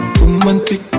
romantic